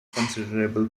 considerable